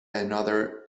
another